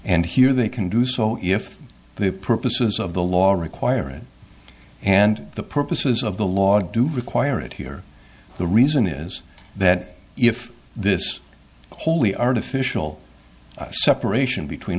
and here they can do so if the purposes of the law require it and the purposes of the law do require it here the reason is that if this wholly artificial separation between